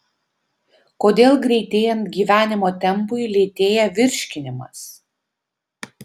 kodėl greitėjant gyvenimo tempui lėtėja virškinimas